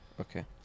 Okay